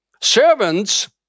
servants